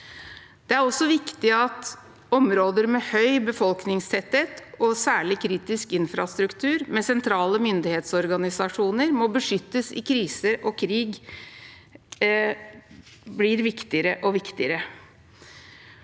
viktigere og viktigere at områder med høy befolkningstetthet og særlig kritisk infrastruktur med sentrale myndighetsorganisasjoner må beskyttes i kriser og krig. Til høsten kommer